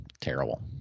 Terrible